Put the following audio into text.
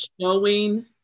showing